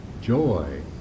joy